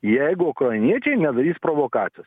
jeigu ukrainiečiai nedarys provokacijos